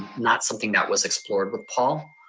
not something that was explored with paul.